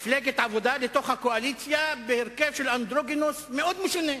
מפלגת העבודה לקואליציה בהרכב של אנדרוגינוס מאוד משונה,